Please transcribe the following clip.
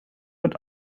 und